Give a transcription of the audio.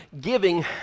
giving